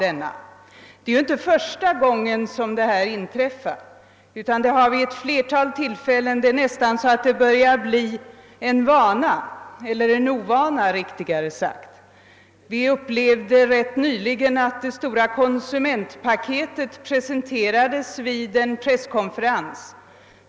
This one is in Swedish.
Detta är inte första gången som någonting sådant inträffar, utan det har hänt vid ett flertal tillfällen — det har nästan börjat bli en vana eller rättare sagt en ovana. Vi upplevde nyligen att det stora »konsumentpaketet» presenterades vid en presskonferens.